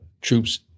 troops